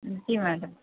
جی madam